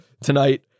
tonight